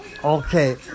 Okay